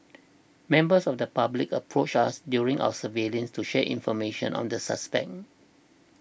members of the public approached us during our surveillance to share information on the suspect